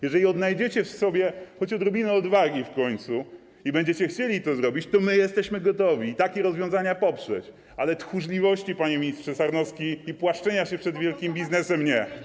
Jeżeli odnajdziecie w sobie w końcu choć odrobinę odwagi i będziecie chcieli to zrobić, to my jesteśmy gotowi takie rozwiązania poprzeć, ale tchórzliwości, panie ministrze Sarnowski, i płaszczenia się przed wielkim biznesem - nie.